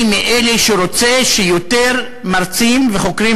אני מאלה שרוצים שיותר מרצים וחוקרים